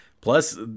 Plus